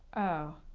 oh,